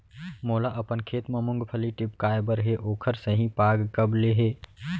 मोला अपन खेत म मूंगफली टिपकाय बर हे ओखर सही पाग कब ले हे?